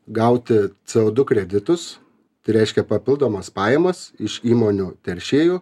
gauti co du kreditus tai reiškia papildomas pajamas iš įmonių teršėjų